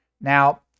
Now